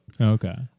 Okay